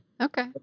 okay